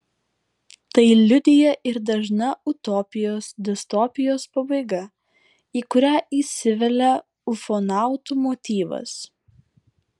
tai liudija ir dažna utopijos distopijos pabaiga į kurią įsivelia ufonautų motyvas